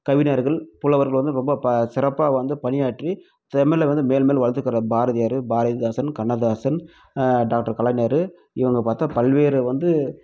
கவிஞர்கள் புலவர்கள் வந்து ரொம்ப ப சிறப்பாக வந்து பணியாற்றி தமிழ வந்து மேலும்மேலும் வளர்த்துக்குறாரு பாரதியார் பாரதிதாசன் கண்ணதாசன் டாக்டர் கலைஞர் இவங்க பார்த்தா பல்வேறு வந்து